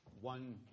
one